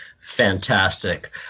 Fantastic